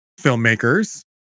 filmmakers